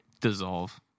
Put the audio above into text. dissolve